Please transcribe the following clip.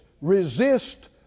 Resist